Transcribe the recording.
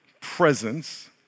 presence